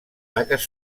taques